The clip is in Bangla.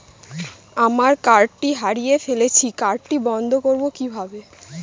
আমার কার্ডটি হারিয়ে ফেলেছি কার্ডটি বন্ধ করব কিভাবে?